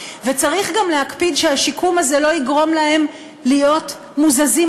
וצריך גם להקפיד שהשיקום הזה לא יגרום להם להיות מוזזים